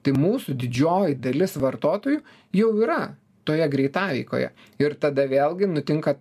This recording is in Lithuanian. tai mūsų didžioji dalis vartotojų jau yra toje greitaveikoje ir tada vėlgi nutinka